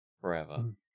forever